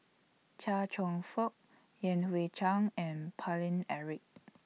Chia Cheong Fook Yan Hui Chang and Paine Eric